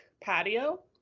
patio